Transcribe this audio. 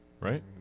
right